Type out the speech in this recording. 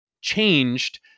changed